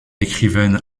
écrivaine